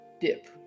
dip